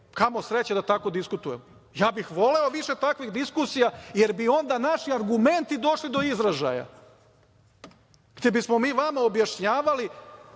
Kamo sreće da tako diskutujemo. Ja bih voleo više takvih diskusija, jer bi onda naši argumenti došli do izražaja gde bismo vama objašnjavali